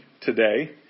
today